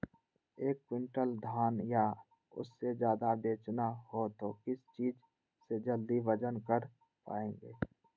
एक क्विंटल धान या उससे ज्यादा बेचना हो तो किस चीज से जल्दी वजन कर पायेंगे?